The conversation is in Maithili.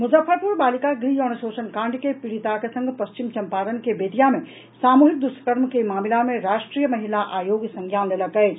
मुजफ्फरपुर बालिका गृह यौन शोषण कांड के पीड़िताक संग पश्चिम चम्पारण के बेतिया मे सामुहिक दुष्कर्म के मामिला मे राष्ट्रीय महिला आयोग संज्ञान लेलक अछि